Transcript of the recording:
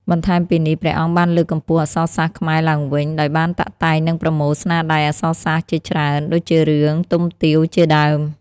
បន្ថែមពីនេះ ព្រះអង្គបានលើកកម្ពស់អក្សរសាស្ត្រខ្មែរឡើងវិញ ដោយបានតាក់តែងនិងប្រមូលស្នាដៃអក្សរសាស្ត្រជាច្រើន ដូចជារឿង "ទុំទាវ" ជាដើម។